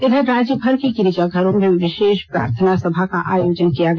इधर राज्य भर के गिरजाघरों में विशेष प्रार्थना सभा का आयोजन किया गया